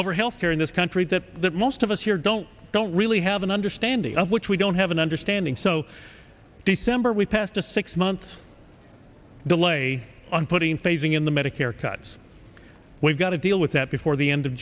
over health care in this country that that most of us here don't don't really have an understanding of which we don't have an understanding so december we passed a six months delay on putting phasing in the medicare cuts we've got to deal with that before the end of